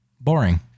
boring